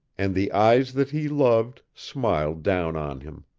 and the eyes that he loved smiled down on him.